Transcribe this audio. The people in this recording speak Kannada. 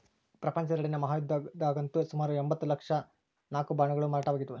ಪ್ರಪಂಚದ ಎರಡನೇ ಮಹಾಯುದ್ಧದಗಂತೂ ಸುಮಾರು ಎಂಭತ್ತ ನಾಲ್ಕು ಲಕ್ಷ ಬಾಂಡುಗಳು ಮಾರಾಟವಾಗಿದ್ದವು